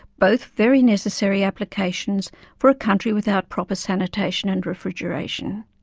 both very necessary applications for a country without proper sanitation and refrigeration.